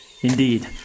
Indeed